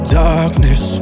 darkness